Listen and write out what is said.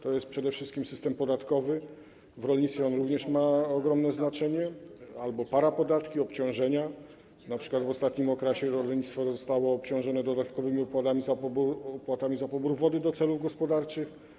To jest przede wszystkim system podatkowy, w rolnictwie on również ma ogromne znaczenie, albo parapodatki, obciążenia, np. w ostatnim okresie rolnictwo zostało obciążone dodatkowymi opłatami za pobór wody do celów gospodarczych.